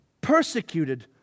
persecuted